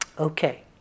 Okay